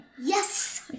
Yes